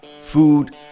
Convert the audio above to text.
food